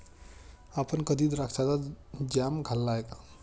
आपण कधी द्राक्षाचा जॅम खाल्ला आहे का?